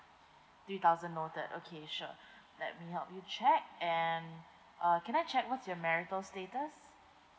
three thousand noted okay sure let me help you check and uh can I check what's your marital status